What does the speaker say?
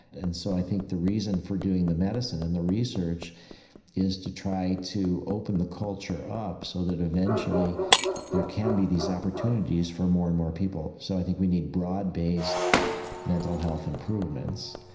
and so i think the reason for doing the medicine and the research is to try to open the culture up so that eventually there can be these opportunities for more and more people. so i think we need broad based mental health improvements,